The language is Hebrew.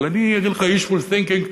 אבל אני אגיד לך wishful thinking,